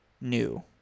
new